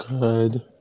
Good